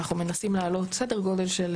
אנחנו מנסים לעלות סדר גודל של